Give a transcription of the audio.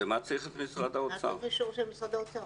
לשם מה צריך את אישור משרד האוצר?